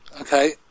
Okay